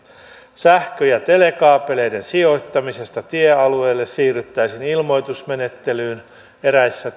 sähkö ja telekaapeleiden sijoittamisesta tiealueille siirryttäisiin ilmoitusmenettelyyn eräissä